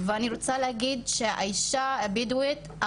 אני רוצה להגיד שהחסם המרכזי של האישה הבדואית הוא